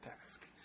task